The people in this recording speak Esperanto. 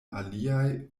aliaj